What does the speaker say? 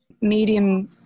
medium